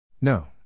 No